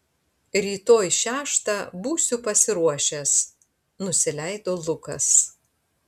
rytoj šeštą būsiu pasiruošęs nusileido lukas